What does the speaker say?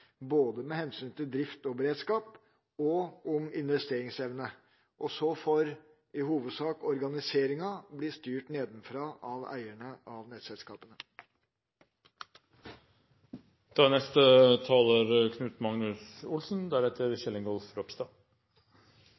både med hensyn til drift og beredskap og om investeringsevne. Og så får i hovedsak organiseringa bli styrt nedenfra av eierne av nettselskapene. Senterpartiet tar hele Norge i bruk. For Senterpartiet er